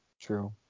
True